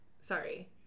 sorry